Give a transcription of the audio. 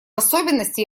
особенности